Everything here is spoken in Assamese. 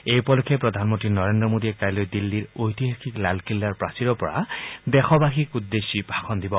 এই উপলক্ষে প্ৰধানমন্ত্ৰী নৰেন্দ্ৰ মোডীয়ে কাইলৈ দিল্লীৰ ঐতিহাসিক লালকিল্লাৰ প্ৰাচীৰৰপৰা দেশবাসীক উদ্দেশ্যি ভাষণ দিব